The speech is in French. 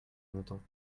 longtemps